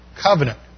covenant